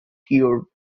cure